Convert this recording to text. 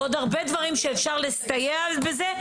ועוד הרבה דברים שאפשר לסייע בזה,